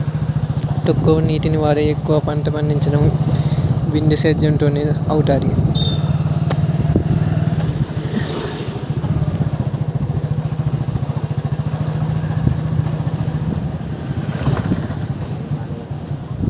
తక్కువ నీటిని వాడి ఎక్కువ పంట పండించడం బిందుసేధ్యేమ్ తోనే అవుతాది